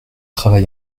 travail